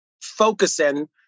focusing